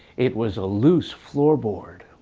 it was loose floorboard.